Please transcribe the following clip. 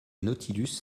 nautilus